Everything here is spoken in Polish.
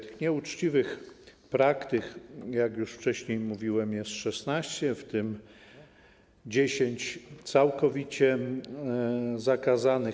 Tych nieuczciwych praktyk, jak już wcześniej mówiłem, jest 16, w tym 10 całkowicie zakazanych.